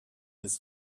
his